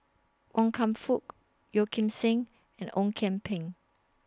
Wan Kam Fook Yeo Kim Seng and Ong Kian Peng